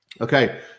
okay